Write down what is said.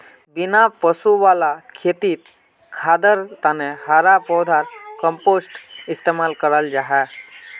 बिना पशु वाला खेतित खादर तने हरा पौधार कम्पोस्ट इस्तेमाल कराल जाहा